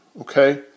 okay